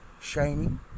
shining